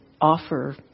offer